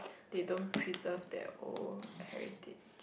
they don't preserve their own heritage